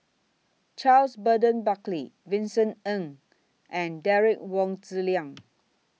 Charles Burton Buckley Vincent Ng and Derek Wong Zi Liang